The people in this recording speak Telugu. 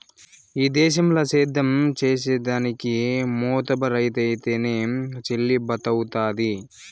ఈ దేశంల సేద్యం చేసిదానికి మోతుబరైతేనె చెల్లుబతవ్వుతాది